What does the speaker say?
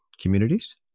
communities